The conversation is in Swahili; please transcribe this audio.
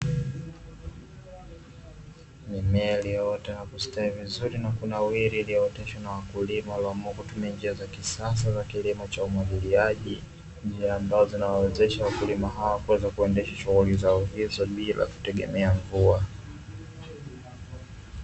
Mimea iliyoota na kustawi vizuri na kunawiri iliyooteshwa na wakulima waliamua kutumia njia za kisasa za kilimo cha umwagiliaji. Njia ambazo zinawawezesha wakulima hao kuweza kuendesha shughuli zao hizo bila kutegemea mvua.